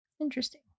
Interesting